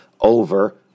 over